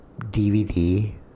DVD